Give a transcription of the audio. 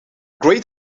great